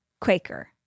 Quaker